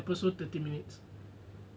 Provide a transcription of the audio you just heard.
one episode thirty minutes